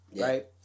right